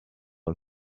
and